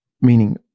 meaning